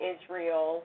Israel